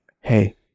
hey